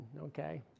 okay